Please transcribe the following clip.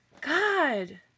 God